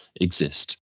exist